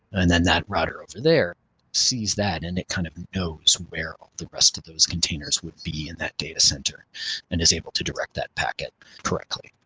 and then that router over there sees that and it kind of knows where all the rest of those containers would be in that datacenter and is able to direct that packet correctly.